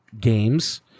games